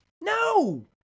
No